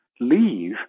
leave